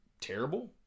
terrible